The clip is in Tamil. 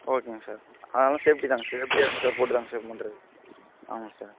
ஓகேங்க சார் அது ஆனால் சேஃப்டி தாங்க சேஃப்டியாக தாங்க சார் போட்டு தாங்க சார் பண்ணுறது ஆமாங்க சார்